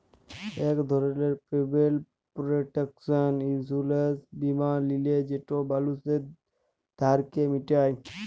ইক ধরলের payment protection insurance বীমা লিলে যেট মালুসের ধারকে মিটায়